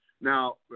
Now